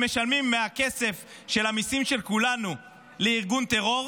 משלמים מהכסף של המיסים של כולנו לארגון טרור,